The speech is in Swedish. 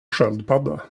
sköldpadda